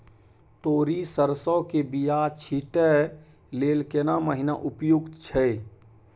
तोरी, सरसो के बीया छींटै लेल केना महीना उपयुक्त छै?